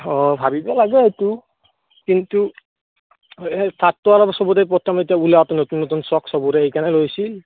অ ভাবিব লাগে সেইটো কিন্তু থাৰটো অলপ সবৰে প্ৰথম এতিয়া ওলাওঁতে নতুন নতুন চখ সবৰে সেইকাৰণে লৈছে